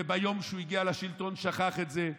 וביום שהוא הגיע לשלטון שכח את זה.